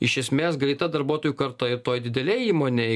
iš esmės greita darbuotojų karta ir toj didelėj įmonėj